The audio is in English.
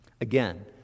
Again